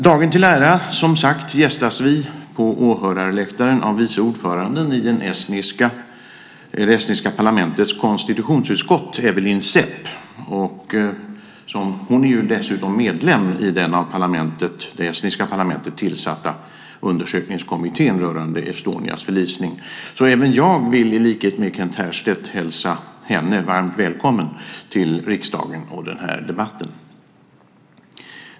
Dagen till ära gästas vi på åhörarläktaren av vice ordföranden i det estniska parlamentets konstitutionsutskott, Evelyn Sepp. Hon är dessutom medlem i den av det estniska parlamentet tillsatta undersökningskommittén rörande Estonias förlisning. Jag vill därför i likhet med Kent Härstedt hälsa henne varmt välkommen till riksdagen och den här debatten.